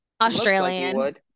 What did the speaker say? Australian